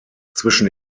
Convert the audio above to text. zwischen